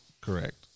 Correct